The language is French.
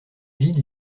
vide